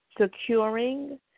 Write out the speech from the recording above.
securing